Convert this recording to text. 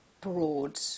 broad